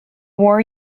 war